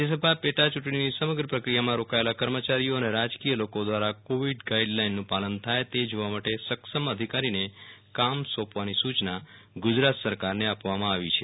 રાજ્ય સભા પેટા યૂં ટણીની સમગ્ર પ્રક્રિયામાં રોકાયેલા કર્મચારીઓ અને રાજકીય લોકોદ્વારા કોવિડ ગાઈડલાઈનનું પાલન થાય તે જોવા માટે સક્ષમ અધિકારીને કામ સોંપવાની સૂ યના ગુજરાત સરકારને આપવામાં આવી છે